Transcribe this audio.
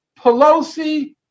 Pelosi